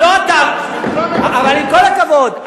עם כל הכבוד,